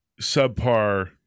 subpar